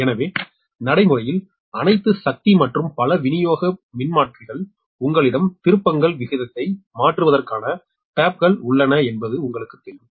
எனவே நடைமுறையில் அனைத்து சக்தி மற்றும் பல விநியோக மின்மாற்றிகள் உங்களிடம் திருப்பங்கள் விகிதத்தை மாற்றுவதற்கான டேப்கள் உள்ளன என்பது உங்களுக்குத் தெரியும்